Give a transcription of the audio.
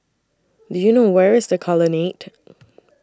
Do YOU know Where IS The Colonnade